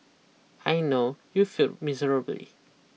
I know you failed miserably